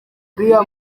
uriya